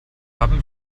haben